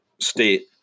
state